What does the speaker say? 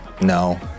no